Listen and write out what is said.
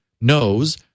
knows